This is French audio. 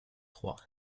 trois